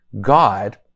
God